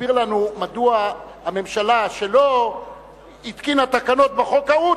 תסביר לנו מדוע הממשלה שלא התקינה תקנות בחוק ההוא,